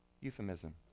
Euphemism